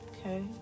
Okay